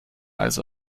als